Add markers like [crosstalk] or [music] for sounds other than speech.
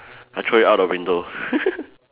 I throw it out of the window [laughs]